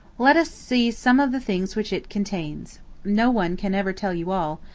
let us see some of the things which it contains no one can ever tell you all,